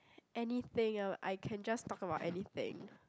anything ah I can just talk about anything